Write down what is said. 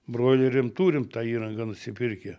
broileriam turim tą įrangą nusipirkę